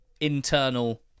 internal